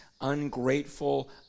Ungrateful